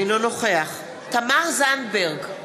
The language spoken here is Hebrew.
אינו נוכח תמר זנדברג,